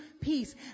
peace